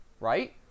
right